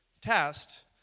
test